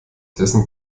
dessen